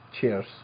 cheers